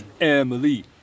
Emily